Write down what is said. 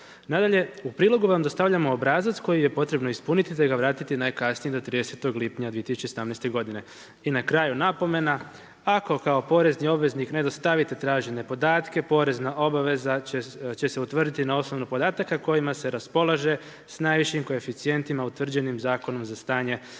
Nadalje, u prilogu vam dostavljamo obrazac koji je potrebno ispuniti te ga vratiti najkasnije do 30. lipnja 2017. godine“. I na kraju napomena „Ako kao porezni obveznik ne dostavite tražene podatke, porezna obavezna će se utvrditi na osnovu podataka kojima se raspolaže sa najvišim koeficijentima utvrđenim zakonom za stanje i dobit“.